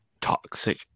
toxic